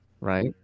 Right